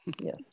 Yes